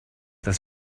das